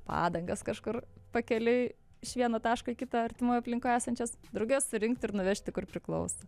padangas kažkur pakeliui iš vieno taško į kitą artimoj aplinkoj esančias drauge surinkti ir nuvežti kur priklauso